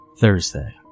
Thursday